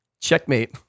Checkmate